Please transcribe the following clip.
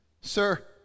Sir